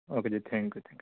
okay جی thank you G